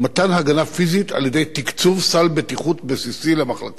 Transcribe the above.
מתן הגנה פיזית על-ידי תקצוב סל בטיחות בסיסי למחלקות,